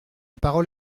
parole